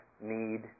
need